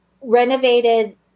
renovated